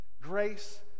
grace